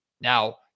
Now